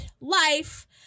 life